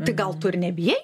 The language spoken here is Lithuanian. tai gal tu ir nebijai